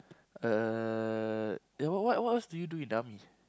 uh ya what what what else do you do in army